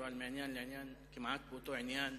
אבל מעניין לעניין כמעט באותו עניין.